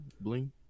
Bling